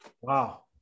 Wow